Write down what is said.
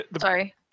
Sorry